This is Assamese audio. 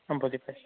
বুজি পাইছোঁ